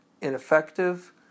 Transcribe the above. ineffective